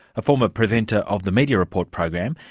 a former presenter of the media report program,